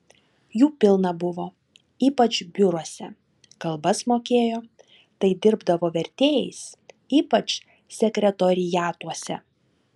jų pilna buvo ypač biuruose kalbas mokėjo tai dirbdavo vertėjais ypač sekretoriatuose